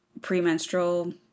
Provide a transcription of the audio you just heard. premenstrual